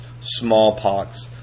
Smallpox